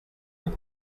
haut